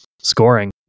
scoring